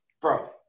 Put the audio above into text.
bro